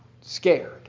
scared